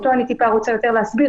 שאותו אני טיפה רוצה יותר להסביר,